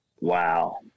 wow